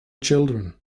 children